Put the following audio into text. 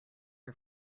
are